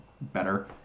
better